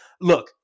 Look